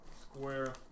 square